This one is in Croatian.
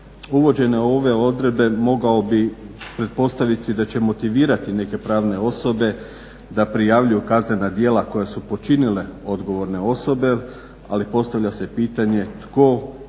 Uvođenje ove odredbe mogao bi pretpostaviti da će motivirati neke pravne osobe da prijavljuju kaznena djela koja su počinile odgovorne osobe, ali postavlja se pitanje tko